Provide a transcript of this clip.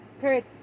Period